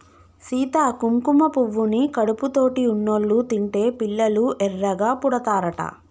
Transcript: సీత కుంకుమ పువ్వుని కడుపుతోటి ఉన్నోళ్ళు తింటే పిల్లలు ఎర్రగా పుడతారట